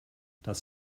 das